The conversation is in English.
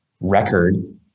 record